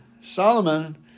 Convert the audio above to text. Solomon